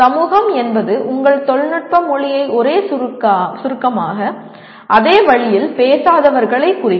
சமூகம் என்பது உங்கள் தொழில்நுட்ப மொழியை ஒரே சுருக்கமாக அதே வழியில் பேசாதவர்களைக் குறிக்கும்